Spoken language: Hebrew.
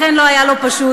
לכן לא היה לו פשוט,